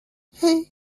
hey